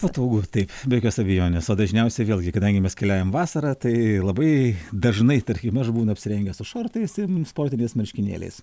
patogu tai be jokios abejonės o dažniausiai vėlgi kadangi mes keliaujam vasarą tai labai dažnai tarkime aš būnu apsirengęs su šortais im sportiniais marškinėliais